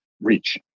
reach